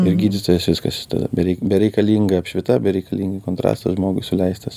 ir gydytojas viskas tada bereik bereikalinga apšvita bereikalingai kontrastas žmogui suleistas